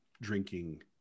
drinking